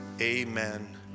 amen